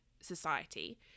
society